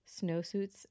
snowsuits